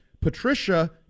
Patricia